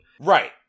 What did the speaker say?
Right